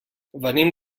venim